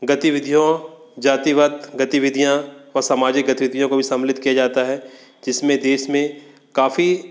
गतिविधियों जातिवंत गतिविधियाँ और सामाजिक गतिविधियों को भी सम्मलित किए जाता है जिसमें देश में काफ़ी